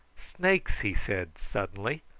snakes! he said suddenly.